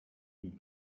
die